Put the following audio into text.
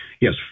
yes